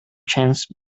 choice